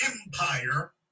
empire